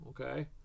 okay